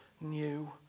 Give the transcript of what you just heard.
new